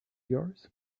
yours